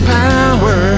power